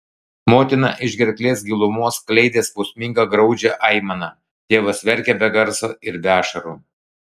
motina iš gerklės gilumos skleidė skausmingą graudžią aimaną tėvas verkė be garso ir be ašarų